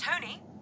Tony